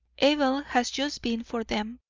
abel has just been for them,